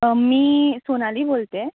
मी सोनाली बोलते आहे